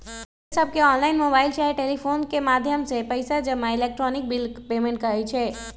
बिलसबके online, mobile चाहे telephone के माध्यम से पइसा जमा के इलेक्ट्रॉनिक बिल पेमेंट कहई छै